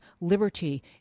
liberty